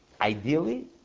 Ideally